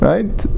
Right